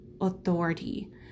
authority